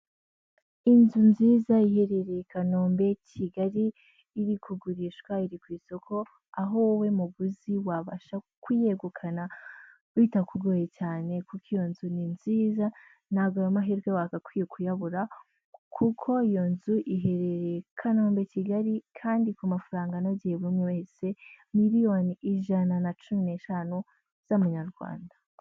Inzu nziza iherereye i Kanombe Kigali iri kugurishwa, iri ku isoko aho wowe muguzi wabasha kuyegukana bitakugoye cyane kuko iyo nzu ni nziza ntabwo ayo mahirwe wagakwiye kuyabura kuko iyo nzu iherereye Kanombe Kigali kandi ku mafaranga anogeye buri umwe wese, miliyoni ijana na cumi n'eshanu z'Amanyarwanda.